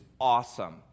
awesome